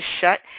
shut